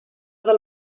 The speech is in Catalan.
del